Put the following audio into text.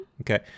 Okay